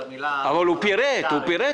אבל הוא פירט.